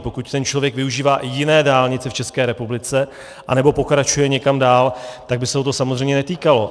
Pokud ten člověk využívá i jiné dálnice v České republice anebo pokračuje někam dál, tak by se ho to samozřejmě netýkalo.